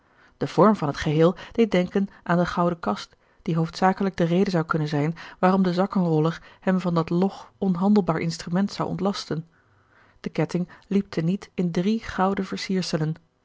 de vorm van het geheel deed denken aan de gouden kast die hoofdzakelijk de reden zou kunnen zijn waarom de zakkenroller hem van dat log onhandelbaar instrument zou ontlasten de ketting liep te niet in drie gouden versierselen